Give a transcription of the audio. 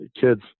kids